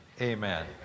Amen